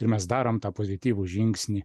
ir mes darom tą pozityvų žingsnį